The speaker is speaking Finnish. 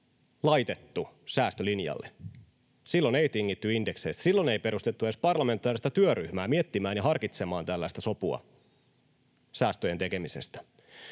laitettu säästölinjalle. Silloin ei tingitty indekseistä, silloin ei perustettu edes parlamentaarista työryhmää miettimään ja harkitsemaan tällaista sopua säästöjen tekemisestä,